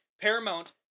Paramount